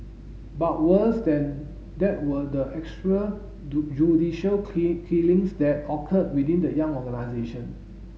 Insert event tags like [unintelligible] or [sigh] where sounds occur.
but worse than that were the extra [unintelligible] judicial [unintelligible] killings that occurred within the young organisation